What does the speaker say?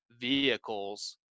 vehicles